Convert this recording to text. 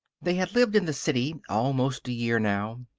they had lived in the city almost a year now.